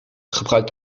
gebruikt